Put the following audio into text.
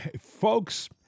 folks